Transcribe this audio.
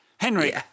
Henry